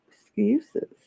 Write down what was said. excuses